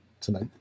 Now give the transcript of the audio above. tonight